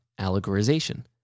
allegorization